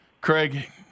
Craig